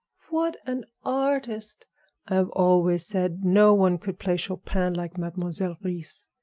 what an artist! i have always said no one could play chopin like mademoiselle reisz!